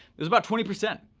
it was about twenty percent,